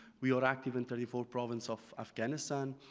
we are active in thirty four province of afghanistan.